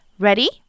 Ready